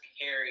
Harry